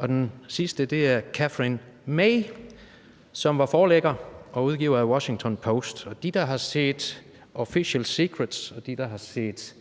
Den sidste er Katharine Meyer Graham, som var forlægger og udgiver af Washington Post, og de, der har set »Official Secrets«, og de, der har set